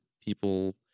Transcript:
people